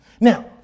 Now